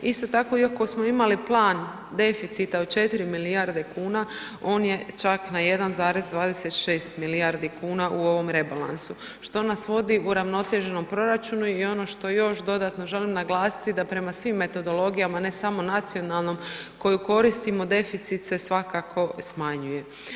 Isto tako iako smo imali plan deficita od 4 milijarde kuna on je čak na 1,26 milijardi kuna u ovom rebalansu što nas vodi uravnoteženom proračunu i ono što još dodatno želim naglasiti da prema svim metodologijama ne samo nacionalnom koju koristimo deficit se svakako smanjuje.